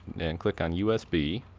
and click on usb.